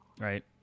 right